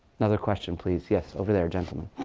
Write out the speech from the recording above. another question, please. yes, over there gentleman